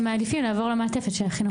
הם מעדיפים לעבור למעטפת של החינוך המיוחד.